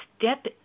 step